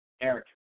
Eric